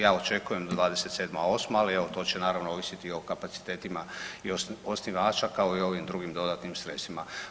Ja očekujem do '27.-'8, ali evo to će naravno ovisiti i o kapacitetima osnivača, kao i o ovim drugim dodatnim sredstvima.